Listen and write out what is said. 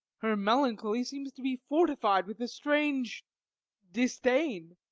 her melancholy seems to be fortified with a strange disdain.